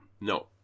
No